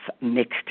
mixed